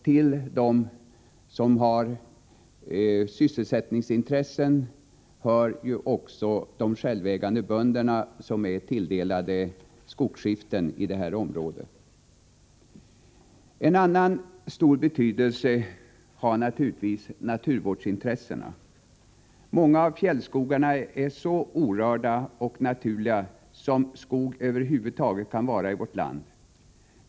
Till dem som har sysselsättningsintressen hör också de självägande bönder som är tilldelade skogsskiften i området. Av stor betydelse är naturligtvis också naturvårdsintressena. Många av fjällskogarna är så orörda och naturliga som skog över huvud taget kan vara i vårt land.